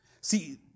See